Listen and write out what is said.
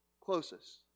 closest